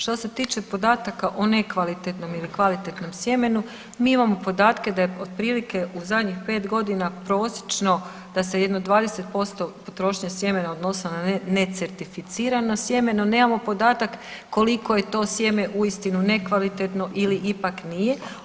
Što se tiče podataka o nekvalitetnom ili kvalitetnom sjemenu mi imamo podatke da je otprilike u zadnji 5 godina prosječno da se jedno 20% potrošnje sjemena odnosilo na necertificirano sjeme, no nemamo podatak koliko je to sjeme uistinu nekvalitetno ili ipak nije.